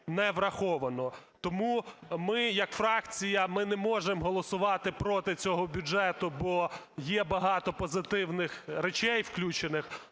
не враховано. Тому ми як фракція, ми не можемо голосувати проти цього бюджету, бо є багато позитивних речей включених.